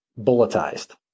bulletized